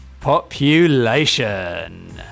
Population